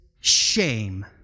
shame